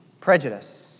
Prejudice